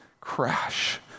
crash